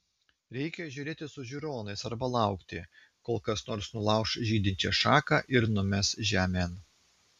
reikia žiūrėti su žiūronais arba laukti kol kas nors nulauš žydinčią šaką ir numes žemėn